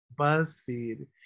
Buzzfeed